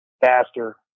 Faster